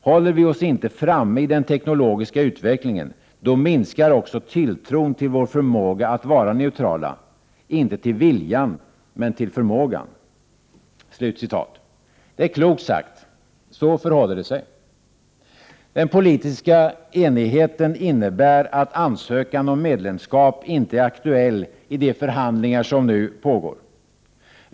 Håller vi oss inte framme i den teknologiska utvecklingen, då minskar också tilltron till vår förmåga att vara neutrala — inte viljan, men till förmågan.” Det är klokt sagt. Så förhåller det sig. Den politiska enigheten innebär att ansökan om medlemskap inte är aktuell i de förhandlingar som nu pågår.